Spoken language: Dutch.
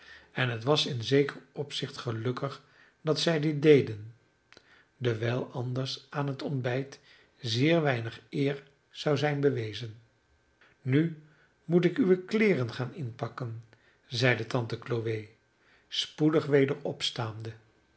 en het was in zeker opzicht gelukkig dat zij dit deden dewijl anders aan het ontbijt zeer weinig eer zou zijn bewezen nu moet ik uwe kleeren gaan inpakken zeide tante chloe spoedig